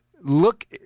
look